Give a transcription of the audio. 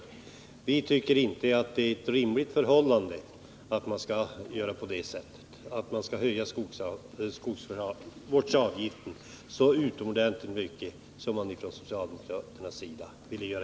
Men vi tyckte inte att det var rimligt att höja skogsvårdsavgiften så utomordentligt mycket som ni från socialdemokratisk sida ville göra.